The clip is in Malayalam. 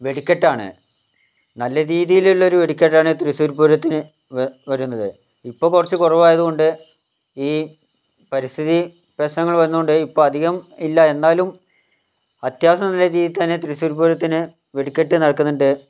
വെടിക്കെട്ടാണ് നല്ല രീതിയിലുള്ളൊരു വെടിക്കെട്ടാണ് തൃശ്ശൂര് പൂരത്തിന് വരുന്നത് ഇപ്പൊൾ കുറച്ച് കുറവായത് കൊണ്ട് ഈ പരിസ്ഥിതി പ്രശ്നങ്ങൾ വന്നത് കൊണ്ട് ഇപ്പോൾ അധികം ഇല്ല എന്നാലും അത്യാവശ്യം നല്ല രീതിക്ക് തന്നെ തൃശ്ശൂര് പൂരത്തിന് വെടിക്കെട്ട് നടത്തുന്നുണ്ട്